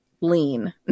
lean